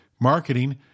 marketing